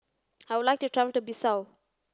I would like to travel to Bissau